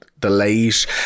delays